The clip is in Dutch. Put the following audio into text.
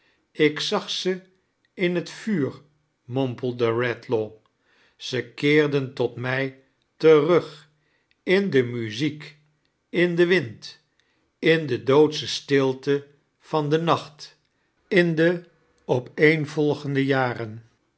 ik zag ze in het vuuir miompelde redlaw ze keeren tot mij terug in de muziek ill den wind in de doodische stdlte van den naoht in de opeenvolgende jaren